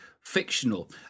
fictional